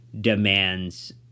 demands